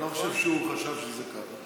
אני לא חושב שהוא חשב שזה ככה.